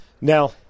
Now